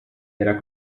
era